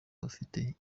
bafite